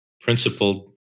principled